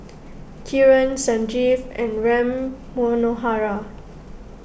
Kiran Sanjeev and Ram Manohar